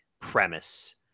premise